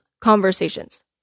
conversations